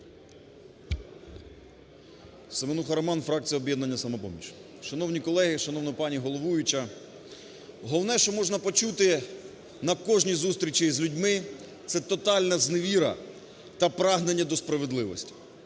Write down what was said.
Семенуха Роман, фракція "Об'єднання "Самопоміч". Шановні колеги, шановна пані головуюча! Головне, що можна почути на кожній зустрічі з людьми, це тотальна зневіра та прагнення до справедливості.